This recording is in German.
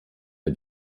der